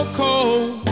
cold